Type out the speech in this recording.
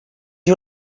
you